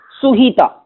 suhita